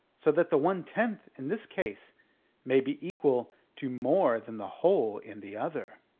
so that the one tenth in this case may be equal to more than the whole in the other.